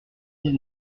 dix